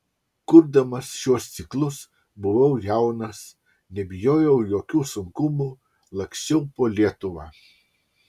kurdamas šiuos ciklus buvau jaunas nebijojau jokių sunkumų laksčiau po lietuvą